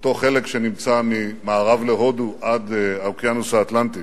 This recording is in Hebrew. אותו חלק שנמצא ממערב להודו עד האוקיינוס האטלנטי,